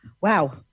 wow